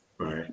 right